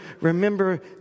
remember